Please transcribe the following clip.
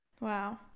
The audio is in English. Wow